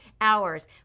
hours